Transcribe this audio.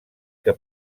que